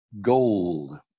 gold